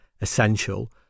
Essential